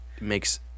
makes